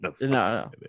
no